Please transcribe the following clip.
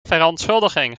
verontschuldiging